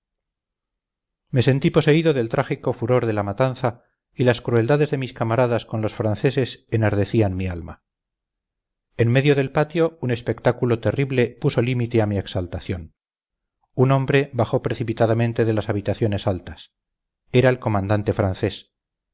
me sentí poseído del trágico furor de la matanza y las crueldades de mis camaradas con los franceses enardecían mi alma en medio del patio un espectáculo terrible puso límite a mi exaltación un hombre bajó precipitadamente de las habitaciones altas era el comandante francés